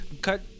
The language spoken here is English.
Cut